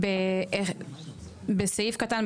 בסעיף קטן,